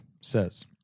says